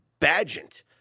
Badgent